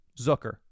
Zucker